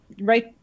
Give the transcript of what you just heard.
right